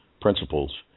principles